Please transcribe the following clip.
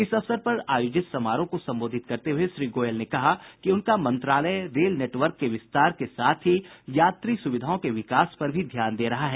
इस अवसर पर आयोजित समारोह को संबोधित करते हये श्री गोयल ने कहा कि उनका मंत्रालय रेल नेटवर्क के विस्तार के साथ ही यात्री सुविधाओं के विकास पर भी ध्यान दे रहा है